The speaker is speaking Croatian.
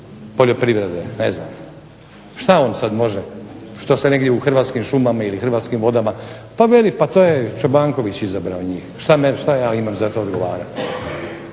poljoprivrede. Što on sada može što se sada u Hrvatskim šumama ili vodama, pa veli pa to je Čobanković izabrao njih, što ja imam za to odgovarati.